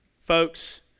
Folks